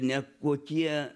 ne kokie